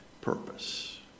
purpose